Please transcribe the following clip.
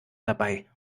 dabei